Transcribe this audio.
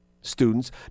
Students